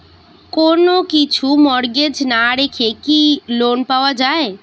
কোন কিছু মর্টগেজ না রেখে কি লোন পাওয়া য়ায়?